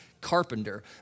carpenter